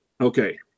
okay